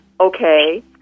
okay